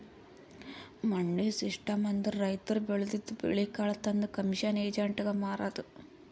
ಮಂಡಿ ಸಿಸ್ಟಮ್ ಅಂದ್ರ ರೈತರ್ ಬೆಳದಿದ್ದ್ ಬೆಳಿ ಕಾಳ್ ತಂದ್ ಕಮಿಷನ್ ಏಜೆಂಟ್ಗಾ ಮಾರದು